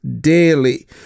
daily